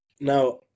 Now